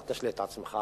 אל תשלה את עצמך,